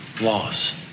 laws